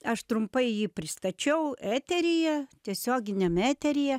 aš trumpai jį pristačiau eteryje tiesioginiam eteryje